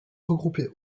regroupées